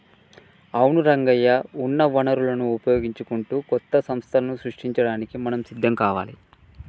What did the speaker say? అవును రంగయ్య ఉన్న వనరులను వినియోగించుకుంటూ కొత్త సంస్థలను సృష్టించడానికి మనం సిద్ధం కావాలి